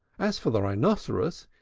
as for the rhinoceros,